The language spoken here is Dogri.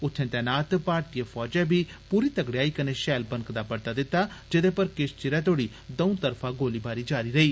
उत्थे तैनात भारतीय फौजै बी पूरी तगड़ेयाई कन्नै शैल बनकदा परता दित्ता जेदे पर किश विरै तोड़ी द'ऊं तरफा गोलीबारी जारी रेही